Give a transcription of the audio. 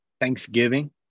Thanksgiving